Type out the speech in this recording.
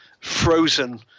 frozen